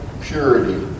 purity